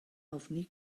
ofni